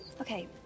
Okay